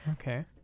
Okay